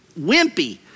wimpy